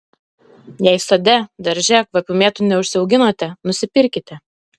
jei sode darže kvapių mėtų neužsiauginote nusipirkite